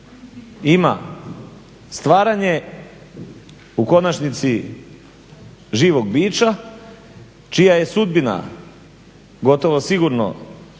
ima stvaranje u konačnici živog bića čija je sudbina gotovo sigurno